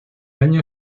año